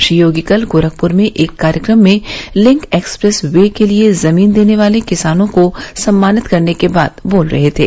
श्री योगी कल गोरखपुर में एक कार्यक्रम में लिंक एक्सप्रेस वे के लिए जमीन देने वार्ल किसानों को सम्मानित करने के बाद बोल रहे थे